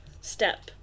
step